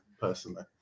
personally